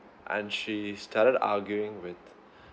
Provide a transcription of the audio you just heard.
and she started arguing with